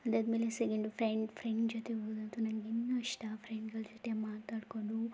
ಅದಾದ್ಮೇಲೆ second friend friend ಜೊತೆ ಹೋದ್ರಂತೂ ನನಗೆ ಇನ್ನೂ ಇಷ್ಟ ಫ್ರೆಂಡ್ಗಳ ಜೊತೆ ಮಾತಾಡಿಕೊಂಡು